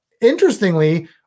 Interestingly